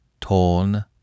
Torn